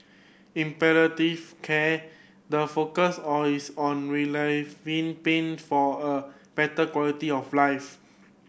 in palliative care the focus on is on relieving pain for a better quality of life